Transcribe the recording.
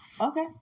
Okay